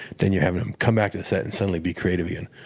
then you're having them come back to the set and suddenly be creative again.